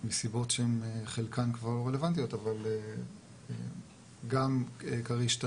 מסיבות שהן חלקן כבר לא רלוונטיות אבל גם כריש-תנין